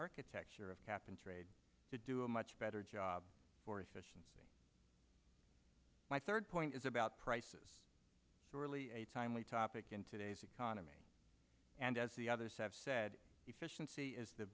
architecture of cap and trade to do a much better job for efficiency my third point is about prices really a timely topic in today's economy and as the others have said the fish unsee is the